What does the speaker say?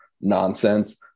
nonsense